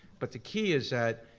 but the key is that,